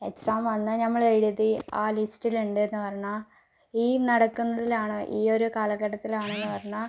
exam വന്നാൽ നമ്മൾ എഴുതി ആ ലിസ്റ്റിൽ ഉണ്ട് എന്നു പറഞ്ഞാൽ ഈ നടക്കുന്നതിലാണോ ഈ ഒരു കാലഘട്ടത്തിൽ ആണെന്ന് പറഞ്ഞാൽ